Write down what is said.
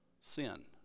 sin